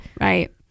right